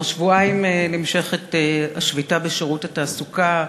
כבר שבועיים נמשכת השביתה בשירות התעסוקה,